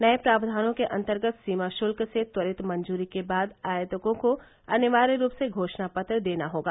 नये प्रावधानों के अंतर्गत सीमा शुल्क से त्वरित मंजूरी के बाद आयातकों को अनिवार्य रूप से घोषणा पत्र देना होगा